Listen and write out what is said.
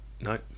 No